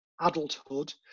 adulthood